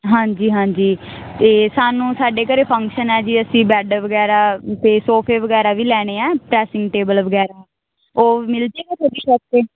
ਹਾਂਜੀ ਹਾਂਜੀ ਅਤੇ ਸਾਨੂੰ ਸਾਡੇ ਘਰ ਫ਼ੰਕਸ਼ਨ ਹੈ ਜੀ ਅਸੀਂ ਬੈੱਡ ਵਗੈਰਾ ਅਤੇ ਸੋਫ਼ੇ ਵਗੈਰਾ ਵੀ ਲੈਣੇ ਹੈ ਡਰੈਸਿੰਗ ਟੇਬਲ ਵਗੈਰਾ ਉਹ ਮਿਲ ਜਾਵੇਗਾ ਤੁਹਾਡੀ ਸ਼ੋਪ 'ਤੇ